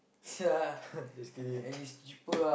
just kidding